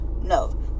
No